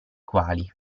quali